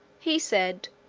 he said,